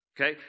Okay